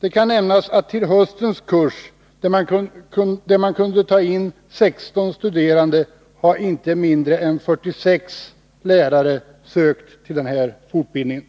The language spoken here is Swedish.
Det kan nämnas att när det gäller höstens kurs, där man kunde ta in 16 studerande, har inte mindre än 46 lärare sökt till denna fortbildning.